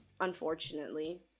unfortunately